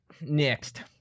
next